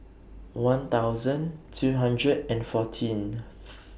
one thousand two hundred and fourteenth